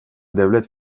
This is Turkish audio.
devlet